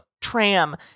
Tram